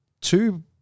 two